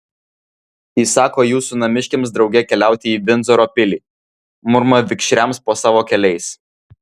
įsako jūsų namiškiams drauge keliauti į vindzoro pilį murma vikšriams po savo keliais